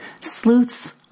Sleuths